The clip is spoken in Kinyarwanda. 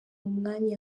umwanya